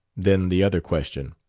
then the other question.